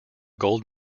gold